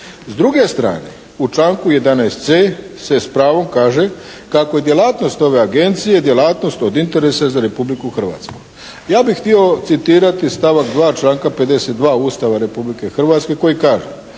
S druge strane u članku 11.c se s pravom kaže kako je djelatnost ove agencije djelatnost od interesa za Republiku Hrvatsku. Ja bih htio citirati stavak 2. članka 52. Ustava Republike Hrvatske koji kaže